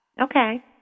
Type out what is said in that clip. Okay